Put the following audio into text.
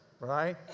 Right